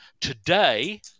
today